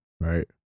Right